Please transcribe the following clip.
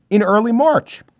in early march.